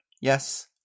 Yes